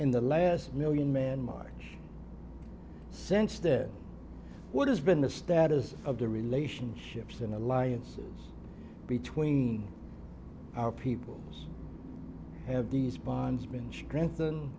in the last million man march sense that what has been the status of the relationships in alliances between our peoples have these bonds binge gran